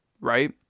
right